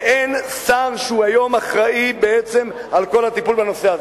ואין היום שר שאחראי לכל הטיפול בנושא הזה.